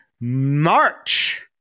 March